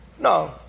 No